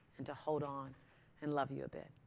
and to hold on and love you a bit.